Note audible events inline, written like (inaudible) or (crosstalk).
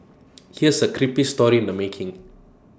(noise) here's A creepy story in the making